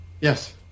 Yes